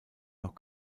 noch